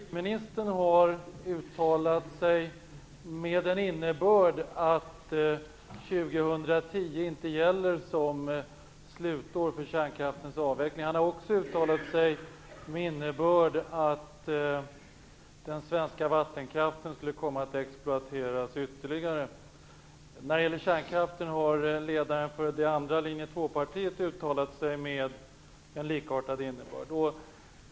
Fru talman! Energiministern har uttalat sig med innebörden att år 2010 inte gäller som slutår för kärnkraftens avveckling. Han har också uttalat sig med innebörden att den svenska vattenkraften skulle komma att exploateras ytterligare. När det gäller kärnkraften har ledaren för det andra linje 2-partiet uttalat sig med en likartad innebörd.